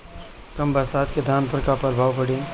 कम बरसात के धान पर का प्रभाव पड़ी?